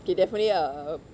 okay definitely I'll